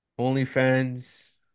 OnlyFans